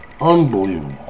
Unbelievable